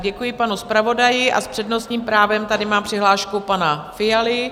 Děkuji panu zpravodaji a s přednostním právem tady mám přihlášku pana Fialy.